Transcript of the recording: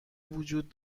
وجود